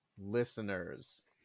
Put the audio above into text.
listeners